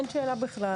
אין שאלה בכלל.